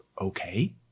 Okay